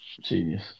Genius